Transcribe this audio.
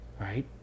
right